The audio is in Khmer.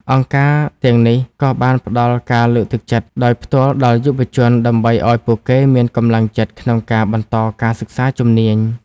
អង្គការទាំងនេះក៏បានផ្តល់ការលើកទឹកចិត្តដោយផ្ទាល់ដល់យុវជនដើម្បីឱ្យពួកគេមានកម្លាំងចិត្តក្នុងការបន្តការសិក្សាជំនាញ។